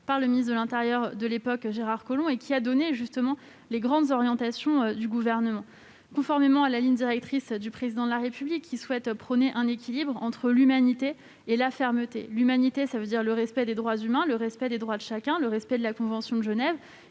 par le ministre de l'intérieur de l'époque, Gérard Collomb, et a défini les grandes orientations du Gouvernement. Celles-ci étaient conformes à la ligne directrice du Président de la République, qui a prôné un équilibre entre humanité et fermeté. L'humanité, c'est le respect des droits humains, le respect des droits de chacun, le respect de la Convention de Genève